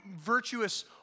virtuous